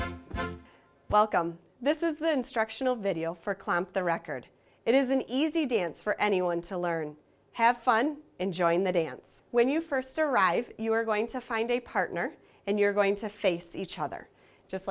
welcome this is the instructional video for clamp the record it is an easy dance for anyone to learn have fun and join the dance when you first arrive you are going to find a partner and you're going to face each other just